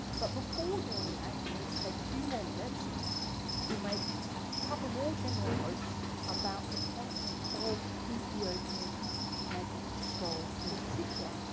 but before doing that, i need to take a few more minutes to make a couple more general notes about the content of ethiopian magic scrolls in particular,